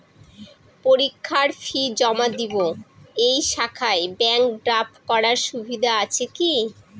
পরীক্ষার ফি জমা দিব এই শাখায় ব্যাংক ড্রাফট করার সুবিধা আছে কি?